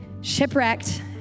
shipwrecked